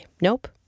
Nope